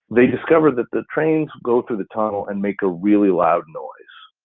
they discovered that the trains go through the tunnel and make a really loud noise.